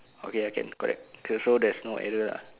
okay okay correct so there's no error lah